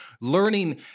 learning